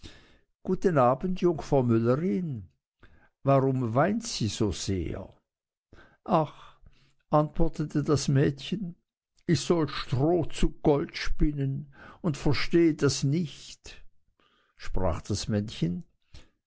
guten abend jungfer müllerin warum weint sie so sehr ach antwortete das mädchen ich soll stroh zu gold spinnen und verstehe das nicht sprach das männchen